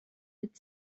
mit